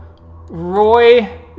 Roy